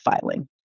filing